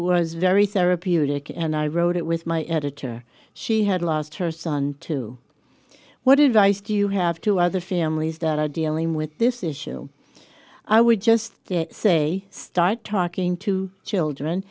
was very therapeutic and i wrote it with my editor she had lost her son too what advice do you have to other families that are dealing with this issue i would just say start talking to children